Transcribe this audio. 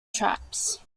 traps